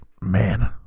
man